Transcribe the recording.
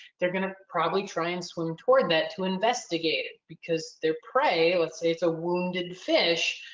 they're going to probably try and swim toward that to investigate it because they're prey, let's say it's a wounded fish,